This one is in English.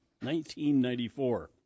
1994